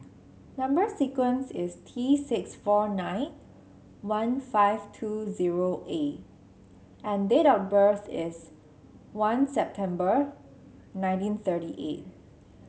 number sequence is T six four nine one five two zero A and date of birth is one September nineteen thirty eight